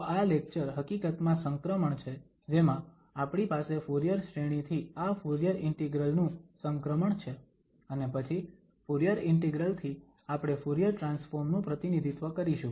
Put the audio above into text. તો આ લેક્ચર હકીકતમાં સંક્રમણ છે જેમાં આપણી પાસે ફુરીયર શ્રેણી થી આ ફુરીયર ઇન્ટિગ્રલ નુ સંક્રમણ છે અને પછી ફુરીયર ઇન્ટિગ્રલ થી આપણે ફુરીયર ટ્રાન્સફોર્મ નુ પ્રતિનિધિત્વ કરીશું